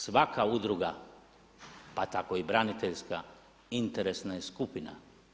Svaka udruga pa tako i braniteljska, interesna je skupina.